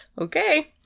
Okay